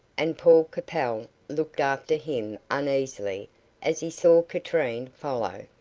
and paul capel looked after him uneasily as he saw katrine follow.